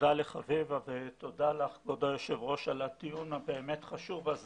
תודה לחביבה ותודה לך כבוד היושב ראש על הדיון החשוב הזה